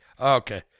Okay